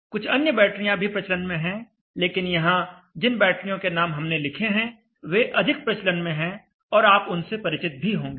कुछ अन्य बैटरियाँ भी प्रचलन में हैं लेकिन यहां जिन बैटरियों के नाम हमने लिखे हैं वे अधिक प्रचलन में हैं और आप उनसे परिचित भी होंगे